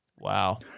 Wow